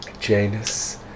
Janus